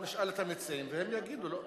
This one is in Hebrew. אנחנו נשאל את המציעים והם יגידו, לא?